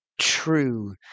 true